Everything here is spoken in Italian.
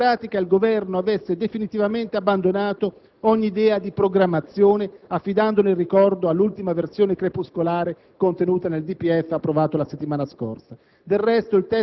È come se, in pratica, il Governo avesse definitivamente abbandonato ogni idea di programmazione, affidandone il ricordo all'ultima versione crepuscolare contenuta nel DPEF approvato la settimana scorsa.